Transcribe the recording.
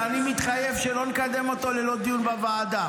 ואני מתחייב שלא נקדם אותו ללא דיון בוועדה,